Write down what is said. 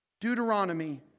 Deuteronomy